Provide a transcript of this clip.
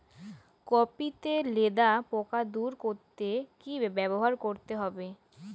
Copy তে লেদা পোকা দূর করতে কি ব্যবহার করতে হবে?